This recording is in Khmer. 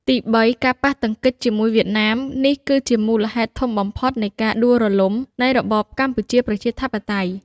ទីបី ការប៉ះទង្គិចជាមួយវៀតណាម នេះគឺជាមូលហេតុធំបំផុតនៃការដួលរលំនៃរបបកម្ពុជាប្រជាធិបតេយ្យ។